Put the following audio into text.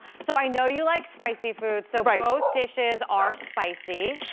so i know you like spicy food, so both dishes are spicy.